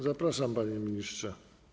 Zapraszam, panie ministrze.